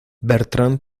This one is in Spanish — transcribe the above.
bertrand